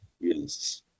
Yes